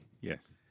Yes